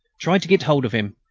try to get hold of him.